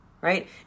Right